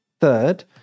Third